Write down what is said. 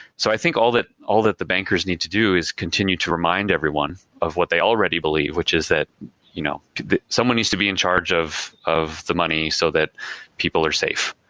so i think all that all that the bankers need to do is continue to remind everyone of what they already believe, which is that you know someone needs to be in charge of of the money so that people are safe.